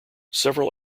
several